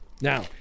Now